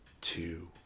two